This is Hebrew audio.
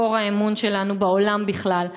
מקור האמון שלנו בעולם בכלל.